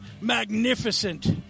magnificent